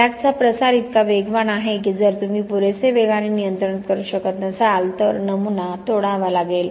क्रॅकचा प्रसार इतका वेगवान आहे की जर तुम्ही पुरेसे वेगाने नियंत्रण करू शकत नसाल तर नमुना तोडावा लागेल